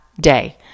day